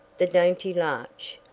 the dainty larch,